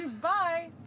Bye